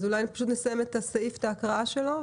אז אולי נסיים את ההקראה של הסעיף.